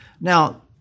Now